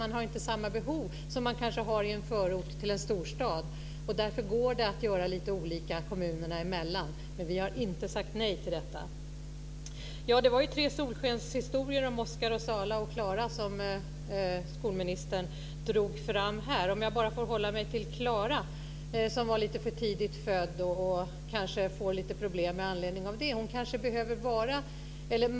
Man har inte samma behov som man kanske har i en förort till en storstad. Därför går det att göra lite olika kommunerna emellan. Men vi har inte sagt nej till detta. Det var ju tre solskenshistorier om Oskar, Zalah och Klara som skolministern drog fram här. Jag ska hålla mig till Klara som var lite för tidigt född och kanske får lite problem med anledning av det.